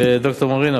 וד"ר מרינה,